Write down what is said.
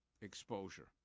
exposure